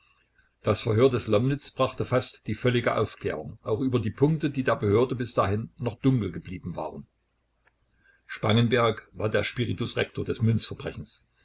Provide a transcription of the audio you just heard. das verhör des lomnitz brachte fast die völlige aufklärung auch über die punkte die der behörde bis dahin noch dunkel geblieben waren spangenberg war der spiritus rector des